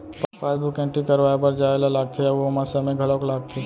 passbook entry करवाए बर जाए ल लागथे अउ ओमा समे घलौक लागथे